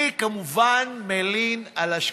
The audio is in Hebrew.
אני כמובן מלין על השקיפות.